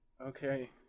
Okay